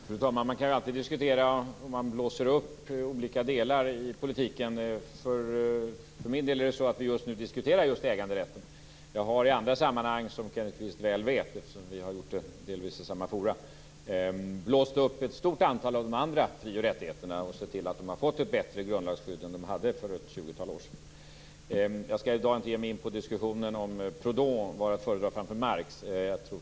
Fru talman! Man kan alltid diskutera om det är så att man blåser upp olika delar i politiken. För min del menar jag att det är så att vi just nu diskuterar äganderätten. Jag har i andra sammanhang, som Kenneth Kvist väl vet eftersom vi delvis har gjort det i samma forum, blåst upp ett stort antal av de andra fri och rättigheterna och sett till att de har fått ett bättre grundlagsskydd än de hade för ett tjugotal år sedan. Jag skall i dag inte ge mig in på diskussionen om huruvida Proudhon var att föredra framför Marx.